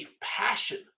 passion